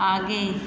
आगे